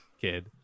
kid